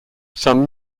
some